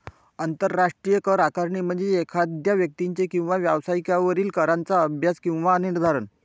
आंतरराष्ट्रीय कर आकारणी म्हणजे एखाद्या व्यक्ती किंवा व्यवसायावरील कराचा अभ्यास किंवा निर्धारण